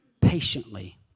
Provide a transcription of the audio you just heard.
patiently